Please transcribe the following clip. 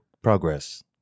Progress